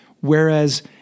Whereas